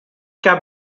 cap